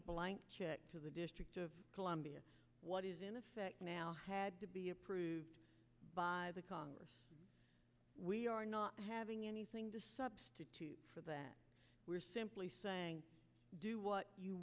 blank check to the district of columbia what is in effect now had to be approved by the congress we are not having anything to substitute for that we're simply saying do what you